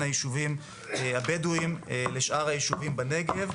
היישובים הבדואיים לשאר היישובים בנגב,